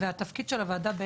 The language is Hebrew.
והתפקיד של הוועדה,